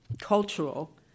cultural